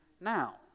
now